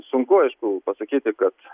sunku aišku pasakyti kad